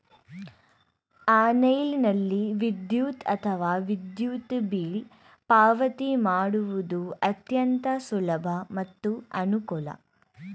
ಆನ್ಲೈನ್ನಲ್ಲಿ ವಿದ್ಯುತ್ ಅಥವಾ ವಿದ್ಯುತ್ ಬಿಲ್ ಪಾವತಿ ಮಾಡುವುದು ಅತ್ಯಂತ ಸುಲಭ ಮತ್ತು ಅನುಕೂಲ